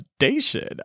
validation